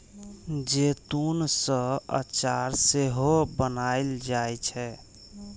जैतून सं अचार सेहो बनाएल जाइ छै